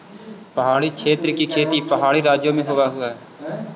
पहाड़ी क्षेत्र की खेती पहाड़ी राज्यों में होवअ हई